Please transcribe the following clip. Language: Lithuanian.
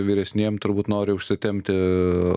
vyresniem turbūt nori užsitempti